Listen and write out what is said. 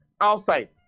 outside